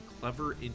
clever